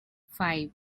five